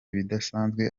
ibidasanzwe